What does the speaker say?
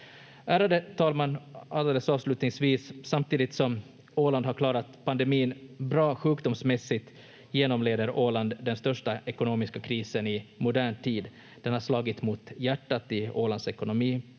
Ärade talman! Alldeles avslutningsvis: Samtidigt som Åland har klarat pandemin bra sjukdomsmässigt genomlider Åland den största ekonomiska krisen i modern tid. Den har slagit mot hjärtat i Ålands ekonomi